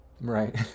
right